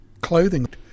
clothing